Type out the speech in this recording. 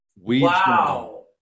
Wow